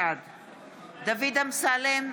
בעד דוד אמסלם,